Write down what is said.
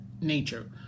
Nature